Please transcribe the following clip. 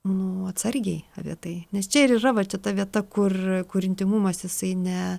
nu atsargiai apie tai nes čia ir yra va čia ta vieta kur kur intymumas jisai ne